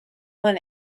want